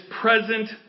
present